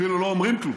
אפילו לא אומרים כלום.